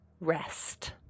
rest